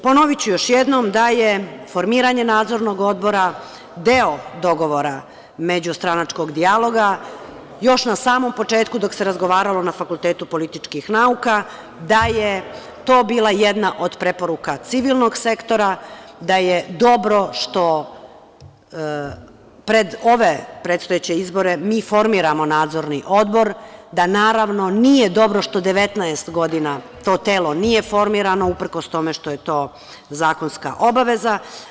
Ponoviću još jednom da je formiranje Nadzornog odbora deo dogovora međustranačkog dijaloga, još na samom početku dok se razgovaralo na Fakultetu političkih nauka, da je to bila jedna od preporuka civilnog sektora, da je dobro što pred ove predstojeće izbore mi formiramo Nadzorni odbor, da naravno nije dobro što 19 godina to telo nije formirano, uprkos tome što je to zakonska obaveza.